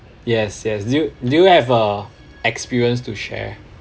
yes yes do you do you have a experience to share